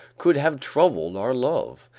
could have troubled our love.